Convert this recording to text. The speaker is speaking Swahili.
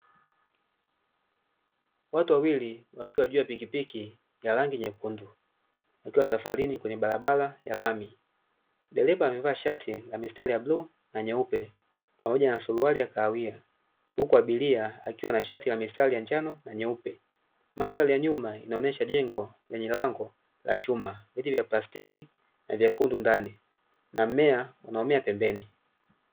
Watu wawili wakiwa juu ya pikipiki ya rangi nyekundu wakiwa safarini kwenye barabara ya lami, dereva amevaa shati la mistari ya bluu na nyeupe pamoja na suruali ya kahawia, huku abiria akiwa na shati la mistari ya njano na nyeupe. Mandhari ya nyuma inaonyesha jengo lenye lango la chuma viti vya plastiki na nyekundu ndani na mmea unaomea pembeni.